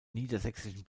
niedersächsischen